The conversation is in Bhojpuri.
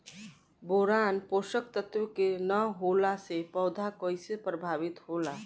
बोरान पोषक तत्व के न होला से पौधा कईसे प्रभावित होला?